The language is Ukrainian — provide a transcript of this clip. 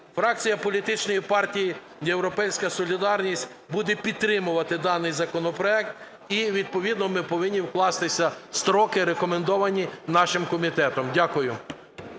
Фракція політичної партії "Європейська солідарність" буде підтримувати даний законопроект, і відповідно ми повинні вкластися в строки, рекомендовані нашим комітетом. Дякую.